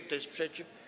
Kto jest przeciw?